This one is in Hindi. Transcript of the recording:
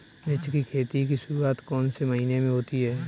मिर्च की खेती की शुरूआत कौन से महीने में होती है?